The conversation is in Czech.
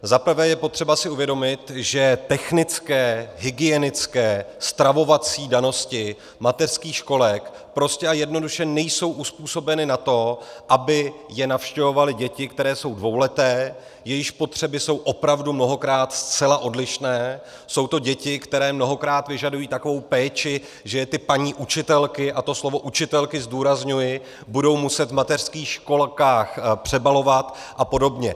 Za prvé je potřeba si uvědomit, že technické, hygienické, stravovací danosti mateřských školek prostě a jednoduše nejsou uzpůsobeny na to, aby je navštěvovaly děti, které jsou dvouleté, jejichž potřeby jsou opravdu mnohokrát zcela odlišné, jsou to děti, které mnohokrát vyžadují takovou péči, že je ty paní učitelky, a to slovo učitelky zdůrazňuji, budou muset v mateřských školkách přebalovat apod.